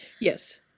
yes